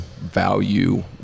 value